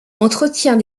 entretient